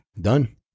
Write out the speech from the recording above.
Done